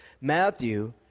Matthew